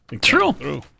true